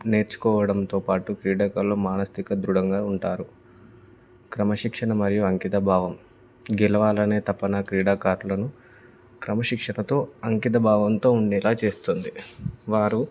నేర్చుకోవడంతో పాటు క్రీడాకారులు మానసిక దృఢంగా ఉంటారు క్రమశిక్షణ మరియు అంకిత భావం గెలవాలనే తపన క్రీడాకారులను క్రమశిక్షణతో అంకిత భావంతో ఉండేలా చేస్తుంది వారు